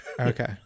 Okay